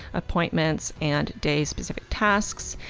appointments, and day specific tasks,